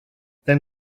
then